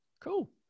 cool